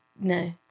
No